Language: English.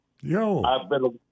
yo